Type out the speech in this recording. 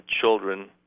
children